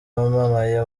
bamamaye